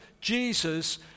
Jesus